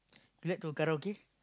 grab to karaoke